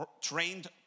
trained